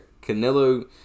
Canelo